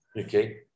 okay